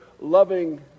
loving